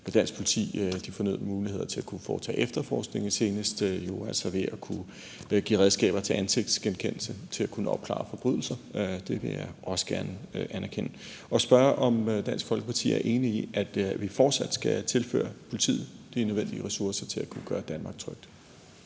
dansk politi de fornødne muligheder for at kunne foretage efterforskning og senest ved, at vi jo har givet redskaber til ansigtsgenkendelse til at kunne opklare forbrydelser. Det vil jeg også gerne anerkende, og jeg vil spørge, om Dansk Folkeparti er enig i, at vi fortsat skal tilføre politiet de nødvendige ressourcer til at kunne gøre Danmark trygt.